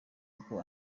uko